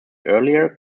earlier